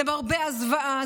למרבה הזוועה,